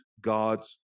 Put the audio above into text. God's